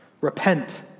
Repent